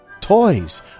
Toys